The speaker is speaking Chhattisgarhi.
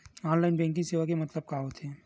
नॉन बैंकिंग सेवा के मतलब का होथे?